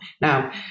Now